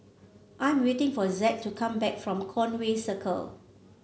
I am waiting for Zack to come back from Conway Circle